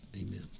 Amen